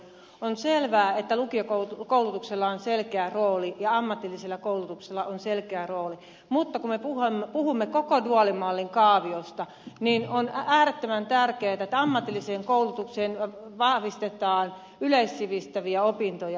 on selvää että lukiokoulutuksella on selkeä rooli ja ammatillisella koulutuksella on selkeä rooli mutta kun me puhumme koko duaalimallin kaaviosta niin on äärettömän tärkeätä että ammatilliseen koulutukseen vahvistetaan yleissivistäviä opintoja